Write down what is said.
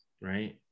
right